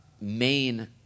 main